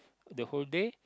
the whole day